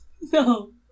No